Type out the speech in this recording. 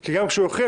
כי גם כשהוא הכריע,